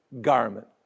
garment